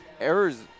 Errors